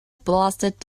blasted